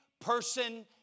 person